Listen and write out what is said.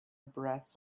breath